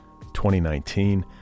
2019